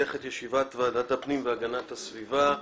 פותח את ישיבת ועדת הפנים והגנת הסביבה בנושא: